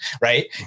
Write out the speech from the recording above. right